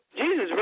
Jesus